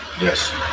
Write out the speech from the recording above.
Yes